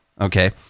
Okay